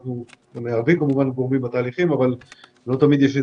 אנחנו מערבים כמובן גורמים בתהליכים אבל לא תמיד יש לנו